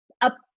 up